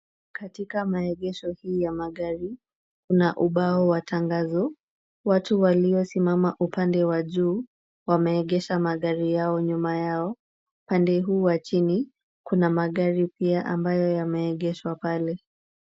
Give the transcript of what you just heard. Katika maegesho hii ya magari kuna ubao wa tangazo, watu waliosimama upande wa juu wameegesha magari yao nyuma yao, pande huu wa chini kuna magari pia ambayo yameegeshwa pale.